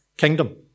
kingdom